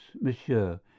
monsieur